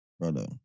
Brother